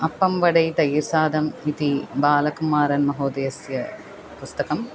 अप्पं वडै तै सादम् इति बालकुमारन्महोदयस्य पुस्तकम्